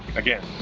again.